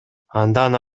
андан